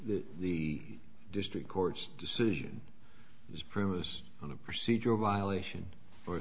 that the district court's decision was premised on a procedural violation or